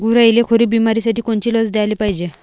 गुरांइले खुरी बिमारीसाठी कोनची लस द्याले पायजे?